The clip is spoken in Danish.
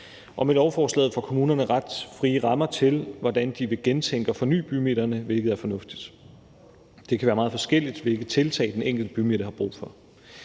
Med lovforslaget får kommunerne ret frie rammer til, hvordan de vil gentænke og forny bymidterne, hvilket er fornuftigt. Det kan være meget forskelligt, hvilke tiltag den enkelte bymidte har brug for.